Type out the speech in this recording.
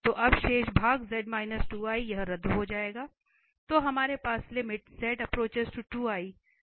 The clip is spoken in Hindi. तो अब शेष भाग z 2 i यह रद्द हो जाएगा तो हमारे पास है